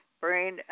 brain